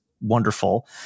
wonderful